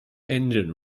engine